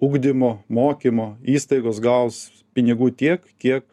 ugdymo mokymo įstaigos gaus pinigų tiek kiek